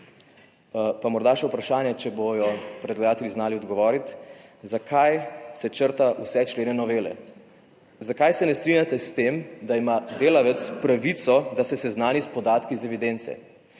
Pa morda še vprašanje, če bodo predlagatelji znali odgovoriti: Zakaj se črta vse člene novele? Zakaj se ne strinjate s tem, da ima delavec pravico, da se seznani s podatki iz evidence,